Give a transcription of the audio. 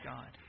God